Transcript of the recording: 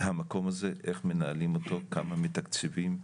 המקום הזה, איך מנהלים אותו, כמה מתקצבים.